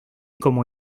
como